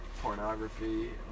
pornography